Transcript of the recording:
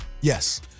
Yes